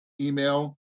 email